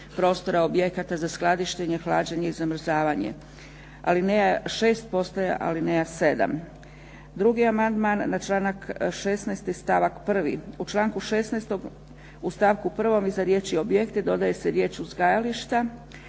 prostora objekata za skladištenje, hlađenje i zamrzavanje.“. Alineja 6. postaje alineja 7. 2. amandman na članak 16. stavak 1. u članku 16. u stavku 1. iza riječi „objekti“ dodaje se riječ „uzgajališta“,